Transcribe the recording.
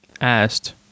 asked